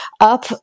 up